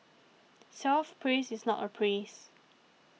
self praise is not a praise